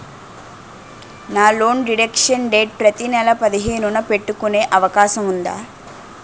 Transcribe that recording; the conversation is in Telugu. నా లోన్ డిడక్షన్ డేట్ ప్రతి నెల పదిహేను న పెట్టుకునే అవకాశం ఉందా?